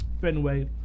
Fenway